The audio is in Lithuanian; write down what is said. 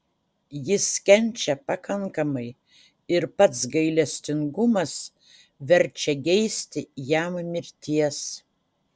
jis kenčia pakankamai ir pats gailestingumas verčia geisti jam mirties